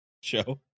show